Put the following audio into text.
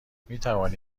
میتوانی